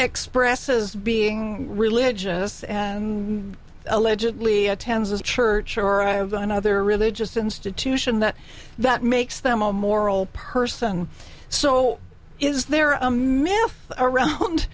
expresses being religious and allegedly attends a church or i have another religious institution that that makes them a moral person so is there a man around